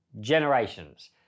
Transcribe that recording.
generations